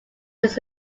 his